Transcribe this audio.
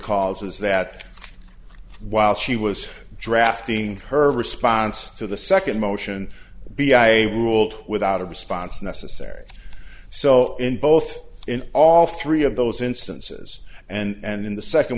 is that while she was drafting her response to the second motion b i ruled without a response necessary so in both in all three of those instances and in the second